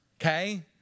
Okay